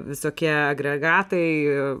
visokie agregatai